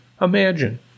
Imagine